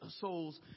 souls